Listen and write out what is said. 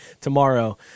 tomorrow